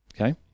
Okay